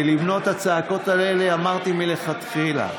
למנוע את הצעקות האלה אמרתי מלכתחילה.